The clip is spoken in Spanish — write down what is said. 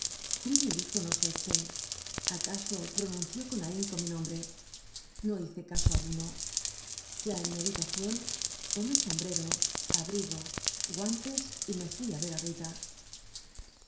trini dijo no sé qué acaso pronunció con ahinco mi nombre no hice caso alguno ya en mi habitación tomé sombrero abrig o guantes y me fui á ver